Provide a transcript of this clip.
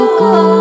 go